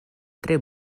tre